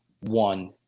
one